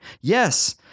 Yes